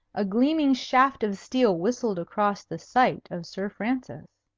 a gleaming shaft of steel whistled across the sight of sir francis.